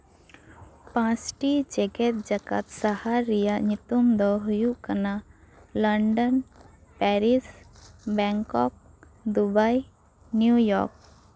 ᱯᱟᱸᱪᱴᱤ ᱡᱮᱜᱮᱛ ᱡᱟᱠᱟᱛ ᱥᱟᱦᱟᱨ ᱨᱮᱭᱟᱜ ᱧᱩᱛᱩᱢ ᱫᱚ ᱦᱩᱭᱩᱜ ᱠᱟᱱᱟ London Paris Bangkok Dubai New York